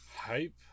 Hype